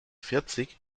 vierzig